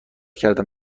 کردم